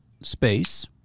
space